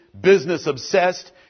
business-obsessed